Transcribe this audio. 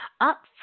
Up